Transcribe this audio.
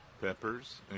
peppers